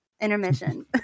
Intermission